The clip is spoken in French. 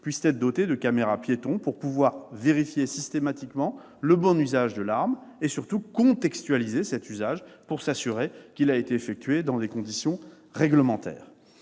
soient dotés de caméras-piétons pour pouvoir vérifier systématiquement le bon usage de l'arme et, surtout, contextualiser cet usage pour s'assurer qu'il a été effectué dans des conditions réglementaires.